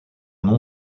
nom